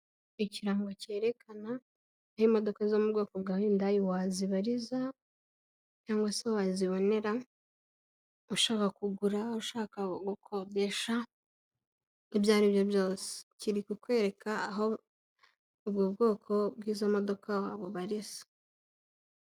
Ikirango cyerekana aho imodoka zo mu bwoko bwa Yundayi wazibariza cyangwa se wazibonera ushaka kugura, ushaka gukodesha ibyo aribyo byose kiri kukwereka aho ubwo bwoko bw'izo modoka bubarizwa.